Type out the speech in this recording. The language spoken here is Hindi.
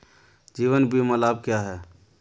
जीवन बीमा लाभ क्या हैं?